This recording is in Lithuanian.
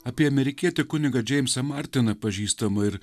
apie amerikietį kunigą džeimsą martiną pažįstamą ir